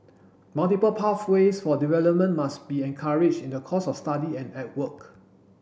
multiple pathways for development must be encouraged in the course of study and at work